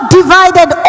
divided